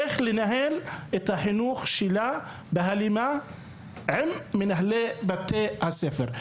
איך לנהל את החינוך שלה בהלימה עם מנהלי בתי הספר.